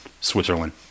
Switzerland